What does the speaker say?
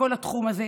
בכל התחום הזה,